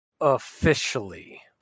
officially